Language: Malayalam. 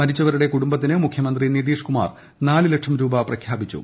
മരിച്ചവരുടെ കുടുംബത്തിന് മുഖ്യമന്ത്രി നിതീഷ് കുമാർ നാല് ലക്ഷം രൂപ പ്രഖ്യാപിച്ചു